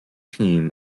team